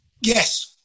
Yes